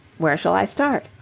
where shall i start?